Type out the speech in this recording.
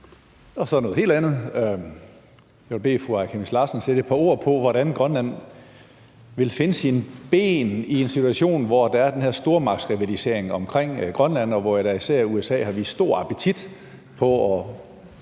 Så til noget helt andet. Jeg vil bede fru Aaja Chemnitz Larsen sætte et par ord på, hvordan Grønland vil finde sine ben i en situation, hvor der er den her stormagtsrivalisering omkring Grønland, og hvor især USA har vist stor appetit på at